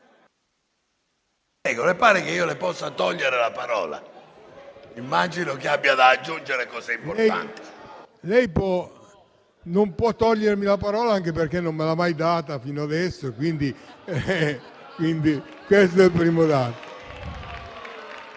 lei non può togliermi la parola anche perché non me l'ha mai data fino ad ora. Questo è il primo dato.